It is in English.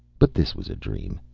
but this was a dream.